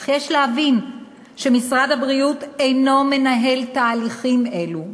אך יש להבין שמשרד הבריאות אינו מנהל תהליכים אלה,